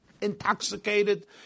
intoxicated